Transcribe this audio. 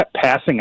passing